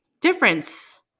difference